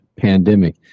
Pandemic